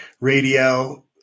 Radio